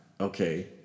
Okay